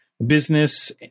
Business